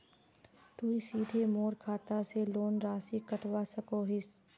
तुई सीधे मोर खाता से लोन राशि कटवा सकोहो हिस?